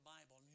Bible